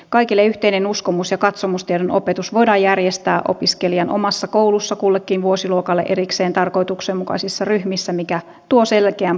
kaikille yhteinen uskomus ja katsomustiedon opetus voidaan järjestää opiskelijan omassa koulussa kullekin vuosiluokalle erikseen tarkoituksenmukaisissa ryhmissä mikä tuo selkeän parannuksen nykytilaan